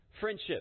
friendship